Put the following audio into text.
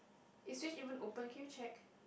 is switch even open can you check